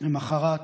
למוחרת